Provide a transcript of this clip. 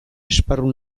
esparru